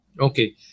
Okay